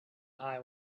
eye